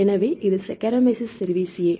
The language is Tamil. எனவே இது சாக்கரோமைசஸ் செரிவிசியா